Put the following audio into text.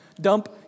Dump